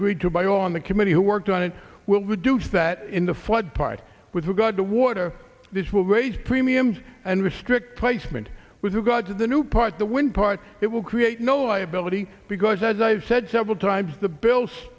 agreed to by on the committee who worked on it will reduce that in the flood part with regard to water this will raise premiums and restrict placement with regard to the new part the when part it will create no ability because as i've said several times the bill